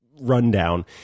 rundown